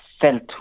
felt